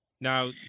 Now